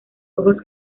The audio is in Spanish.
ojos